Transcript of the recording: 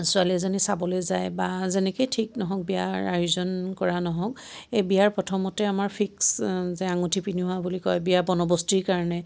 ছোৱালীজনী চাবলৈ যায় বা যেনেকৈ ঠিক নহওক বিয়াৰ আয়োজন কৰা নহওক এই বিয়াৰ প্ৰথমতে আমাৰ ফিক্স যে আঙুঠি পিন্ধোৱা বুলি কয় বিয়া বন্দৱস্তিৰ কাৰণে